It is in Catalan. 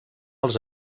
els